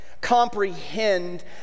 Comprehend